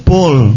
Paul